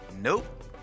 Nope